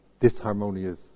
disharmonious